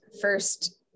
first